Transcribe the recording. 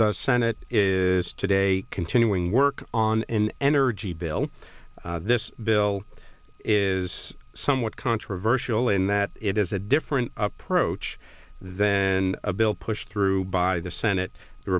the senate today continuing work on an energy bill this bill is somewhat controversial in that it is a different approach than a bill pushed through by the senate